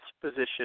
position